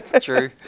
True